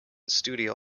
studio